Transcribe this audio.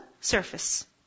surface